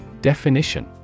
Definition